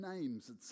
names